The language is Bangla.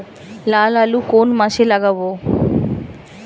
লাল আলু কোন মাসে লাগাব?